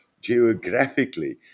geographically